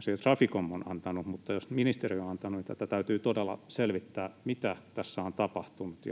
Siis Traficom on antanut, mutta jos ministeriö on antanut, niin täytyy todella selvittää, mitä tässä on tapahtunut,